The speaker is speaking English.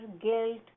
guilt